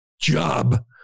job